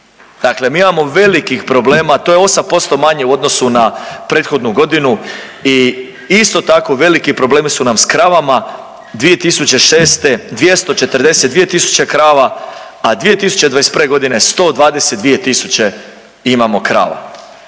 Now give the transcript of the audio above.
Dakle, mi imamo velikih problema, to je 8% manje u odnosu na prethodnu godinu i isto tako veliki problemi su nam s kravama 2006. 242 tisuće krava, a 2021. 122 tisuće imamo krava.